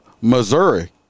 Missouri